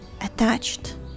attached